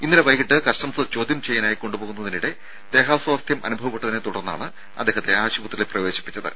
ഇന്നലെ വൈകീട്ട് കസ്റ്റംസ് ചോദ്യം ചെയ്യാനായി കൊണ്ടുപോകുന്നതിനിടെ ദേഹാസ്വാസ്ഥ്യം അനുഭവപ്പെട്ടതിനെ തുടർന്നാണ് അദ്ദേഹത്തെ ആശുപത്രിയിൽ പ്രവേശിപ്പിച്ചത്